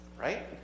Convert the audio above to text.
Right